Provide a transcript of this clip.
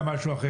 ב-ע',